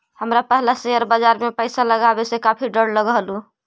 हमरा पहला शेयर बाजार में पैसा लगावे से काफी डर लगअ हलो